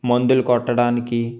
మందులు కొట్టడానికి